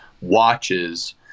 watches